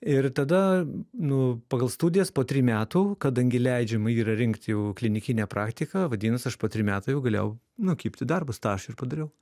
ir tada nu pagal studijas po trijų metų kadangi leidžiama yra rinkt jau klinikinę praktiką vadinas aš po trijų metų jau galėjau nu kibt į darbus tą aš ir padariau